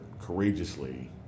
courageously